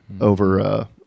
over